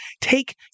take